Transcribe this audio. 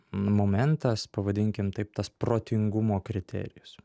momentas pavadinkim taip tas protingumo kriterijus